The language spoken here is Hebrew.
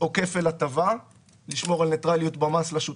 אלה רווחים של 20% שהשותף